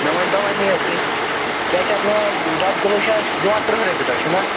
مےٚ ؤنتو ونۍ یہِ کیٛاہ چھِ اتھ ناو دۄدٕ کِلوٗ چھا أسۍ دِاون تٕرٛہ رۄپیہِ تُہۍ چھُنَہ